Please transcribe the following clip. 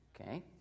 Okay